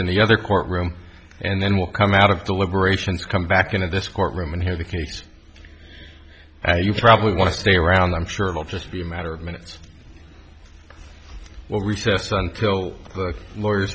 in the other court room and then we'll come out of the liberations come back into this courtroom and hear the case you probably want to stay around i'm sure it'll just be a matter of minutes will recess until the lawyers